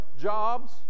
jobs